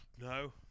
no